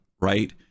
right